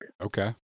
Okay